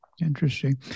Interesting